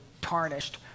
tarnished